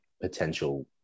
potential